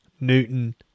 Newton